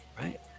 right